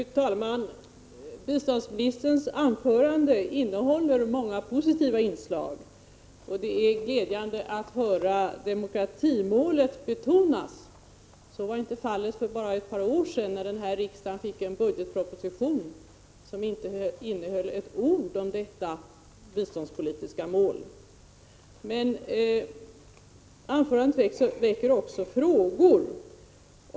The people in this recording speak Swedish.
Fru talman! Biståndsministerns anförande innehåller många positiva inslag, och det är glädjande att höra demokratimålet betonas. Så var inte fallet för bara ett par år sedan när riksdagen fick en budgetproposition som inte innehöll ett ord om detta biståndspolitiska mål. Men anförandet väcker också frågor.